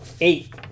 Eight